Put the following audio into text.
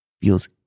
feels